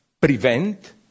prevent